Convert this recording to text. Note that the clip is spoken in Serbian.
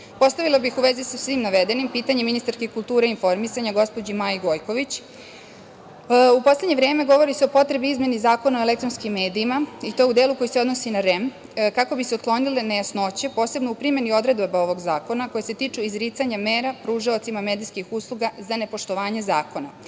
bih, u vezi sa svim navedenim, pitanje ministarki kulture i informisanja, gospođi Maji Gojković, u poslednje vreme govori se o potrebi i izmeni Zakona o elektronskim medijima, i to u delu koji se odnosi na REM, kako bi se otklonile nejasnoće, posebno u primeni odredbi ovog zakona, koje se tiču izricanja mera pružaocima medijskih usluga za nepoštovanje zakona.